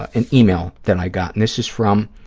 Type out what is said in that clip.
an yeah e-mail that i got, and this is from,